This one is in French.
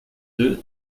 deux